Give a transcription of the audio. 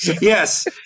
Yes